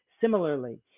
Similarly